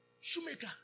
shoemaker